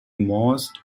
most